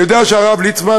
אני יודע שהרב ליצמן,